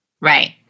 Right